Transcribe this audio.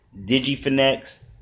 Digifinex